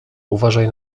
uważaj